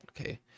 okay